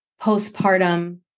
postpartum